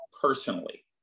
personally